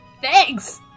Thanks